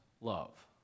love